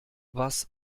was